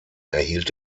erhielt